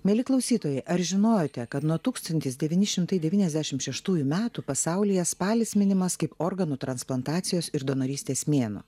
mieli klausytojai ar žinojote kad nuo tūkstantis devyni šimtai devyniasdešimt šeštųjų metų pasaulyje spalis minimas kaip organų transplantacijos ir donorystės mėnuo